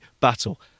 battle